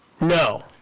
No